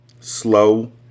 Slow